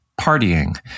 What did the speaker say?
partying